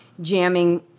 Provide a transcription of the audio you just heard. jamming